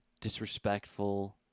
disrespectful